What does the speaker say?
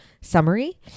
summary